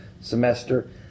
semester